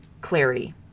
clarity